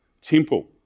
temple